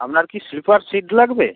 আপনার কি sleeper seat লাগবে